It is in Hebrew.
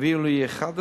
הביאו לי 11,